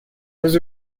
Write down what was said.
was